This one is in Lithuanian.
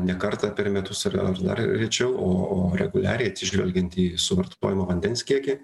ne kartą per metus ar ar dar rečiau o o reguliariai atsižvelgiant į suvartojamo vandens kiekį